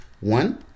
One-